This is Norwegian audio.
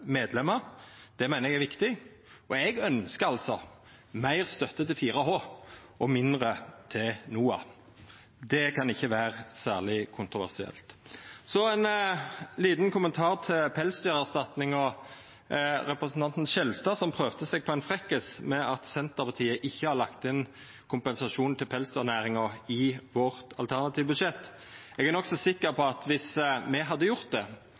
medlemer, det meiner eg er viktig. Og eg ønskjer altså meir støtte til 4H og mindre til NOAH. Det kan ikkje vera særleg kontroversielt. Så ein liten kommentar til pelsdyrerstatninga: Representanten Skjelstad prøvde seg på ein frekkis med at Senterpartiet ikkje har lagt inn kompensasjon til pelsdyrnæringa i vårt alternative budsjett. Eg er nokså sikker på at viss me hadde gjort det,